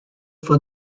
for